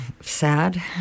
Sad